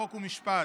חוק ומשפט: